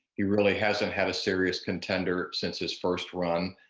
he really hasn't had a serious contender since his first run.